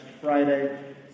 Friday